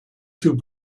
two